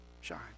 shine